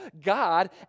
God